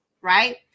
Right